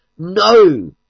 No